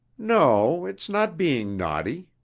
no, it's not being naughty.